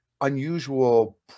unusual